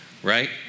Right